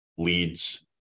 leads